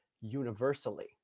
universally